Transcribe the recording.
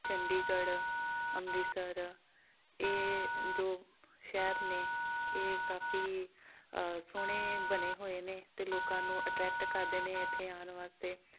ਚੰਡੀਗੜ੍ਹ ਅੰਮ੍ਰਿਤਸਰ ਇਹ ਜੋ ਸ਼ਹਿਰ ਨੇ ਇਹ ਕਾਫ਼ੀ ਸੋਹਣੇ ਬਣੇ ਹੋਏ ਨੇ ਅਤੇ ਲੋਕਾਂ ਨੂੰ ਅਟ੍ਰੈਕਟ ਕਰਦੇ ਨੇ ਇੱਥੇ ਆਉਣ ਵਾਸਤੇ